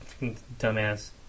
Dumbass